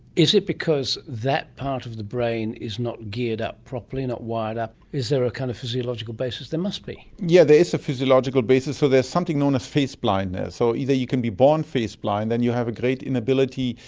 is it because because that part of the brain is not geared up properly, not wired up? is there a kind of physiological basis? there must be. yes, yeah there is a physiological basis, so there is something known as face blindness. so either you can be born face blind, then you have a great inability.